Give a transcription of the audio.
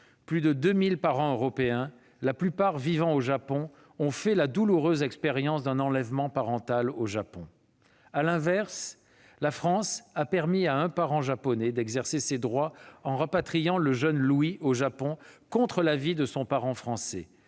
plus de 2 000 parents européens, vivant pour la plupart au Japon, ont fait la douloureuse expérience d'un enlèvement parental dans ce pays. Cela étant, la France a permis à un parent japonais d'exercer ses droits en rapatriant le jeune Louis au Japon contre l'avis de son parent français,